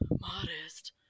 modest